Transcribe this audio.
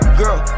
girl